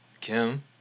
Kim